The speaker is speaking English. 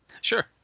Sure